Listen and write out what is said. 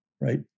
right